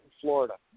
Florida